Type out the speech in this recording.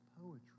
poetry